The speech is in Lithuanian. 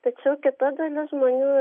tačiau kita dalis žmonių